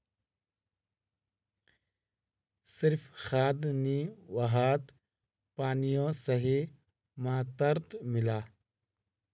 सिर्फ खाद नी वहात पानियों सही मात्रात मिला